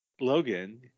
Logan